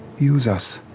use us.